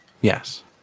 Yes